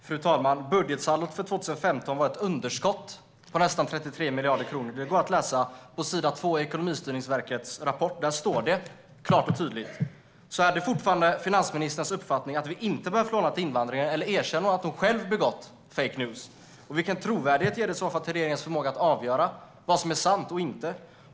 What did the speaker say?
Fru talman! Budgetsaldot för 2015 var ett underskott på nästan 33 miljarder kronor. Det går att läsa på s. 2 i Ekonomistyrningsverkets rapport. Där står det klart och tydligt. Är det fortfarande finansministerns uppfattning att vi inte behövt låna till invandringen, eller erkänner hon att hon själv spridit fake news? Och vilken trovärdighet ger det i så fall för regeringens förmåga att avgöra vad som är sant och inte?